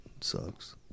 sucks